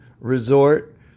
Resort